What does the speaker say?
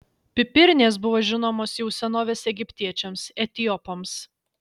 pipirnės buvo žinomos jau senovės egiptiečiams etiopams